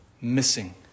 missing